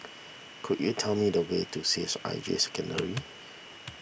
could you tell me the way to C H I J Secondary